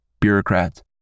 bureaucrats